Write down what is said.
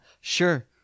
sure